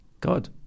God